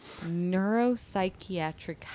Neuropsychiatric